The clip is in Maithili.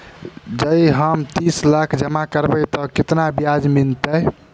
जँ हम तीस लाख जमा करबै तऽ केतना ब्याज मिलतै?